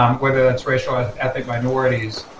um whether that's racial and ethnic minorities.